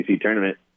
tournament